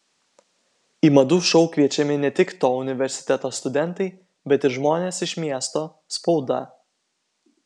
į madų šou kviečiami ne tik to universiteto studentai bet ir žmonės iš miesto spauda